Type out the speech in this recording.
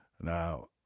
Now